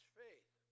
faith